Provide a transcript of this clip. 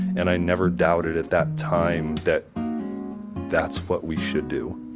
and i never doubted at that time that that's what we should do